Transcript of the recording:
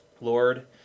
Lord